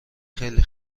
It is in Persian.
خیلی